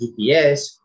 GPS